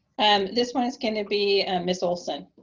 and this one is gonna be miss olson.